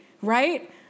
right